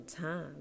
time